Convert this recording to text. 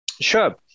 Sure